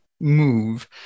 Move